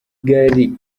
gari